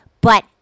but-